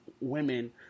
women